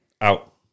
out